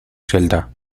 celda